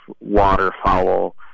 waterfowl